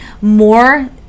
more